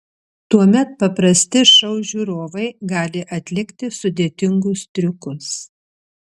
tuomet paprasti šou žiūrovai gali atlikti sudėtingus triukus